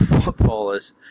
footballers